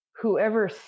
whoever